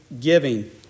giving